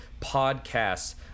podcasts